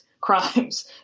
crimes